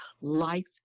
Life